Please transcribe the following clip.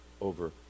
over